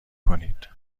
کنید